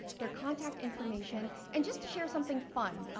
their contact information and just to share something fun.